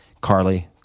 Carly